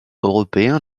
européen